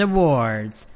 Awards